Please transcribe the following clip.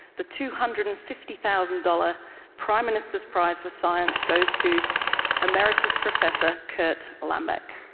the two hundred and fifty thousand dollars prime minister's prize for science goes to emeritus professor kurt lambeck.